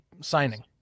signing